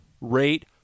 rate